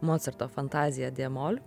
mocarto fantazija dė mol